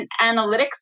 analytics